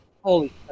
holy